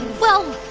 well,